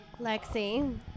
Lexi